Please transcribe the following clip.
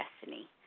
destiny